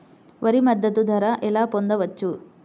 వరి మద్దతు ధర ఎలా పొందవచ్చు?